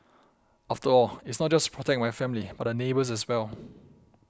after all it's not just to protect my family but the neighbours as well